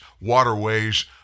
waterways